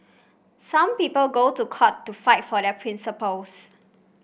some people go to court to fight for their principles